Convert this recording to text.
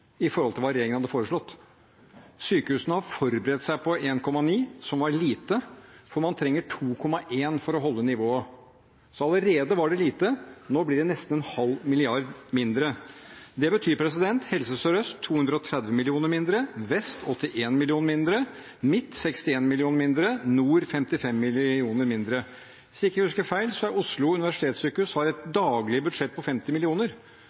i forhold til hva regjeringen hadde foreslått. Sykehusene har forberedt seg på 1,9 mrd. kr, som var lite, for man trenger 2,1 mrd. kr for å holde nivået. Allerede var det lite – nå blir det nesten en halv milliard kroner mindre. Det betyr: Helse Sør-Øst: 230 mill. kr mindre, Helse Vest: 81 mill. kr mindre, Helse Midt-Norge: 61 mill. kr mindre, Helse Nord: 55 mill. kr mindre. Hvis jeg ikke husker feil, har Oslo universitetssykehus et daglig budsjett på 50